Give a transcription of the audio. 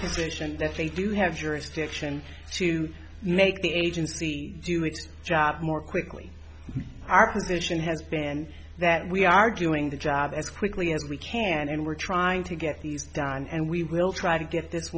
position that they do have jurisdiction to make the agency do its job more quickly our position has been that we are doing the job as quickly as we can and we're trying to get these done and we will try to get this